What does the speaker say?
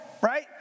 right